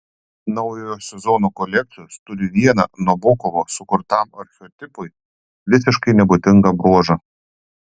naujojo sezono kolekcijos turi vieną nabokovo sukurtam archetipui visiškai nebūdingą bruožą